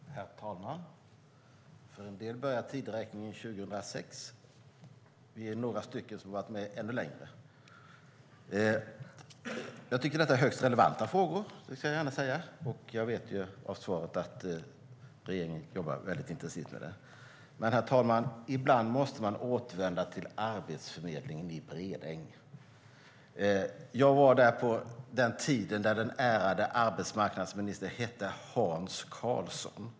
Herr talman! För en del börjar tideräkningen 2006. Vi är några stycken som har varit med ännu längre. Det är högst relevanta frågor. Det ska jag gärna säga. Jag vet av svaret att regeringen arbetar väldigt intensivt med det. Herr talman! Ibland måste man återvända till Arbetsförmedlingen i Bredäng. Jag var där på den tiden den ärade arbetsmarknadsministern hette Hans Karlsson.